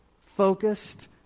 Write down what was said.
focused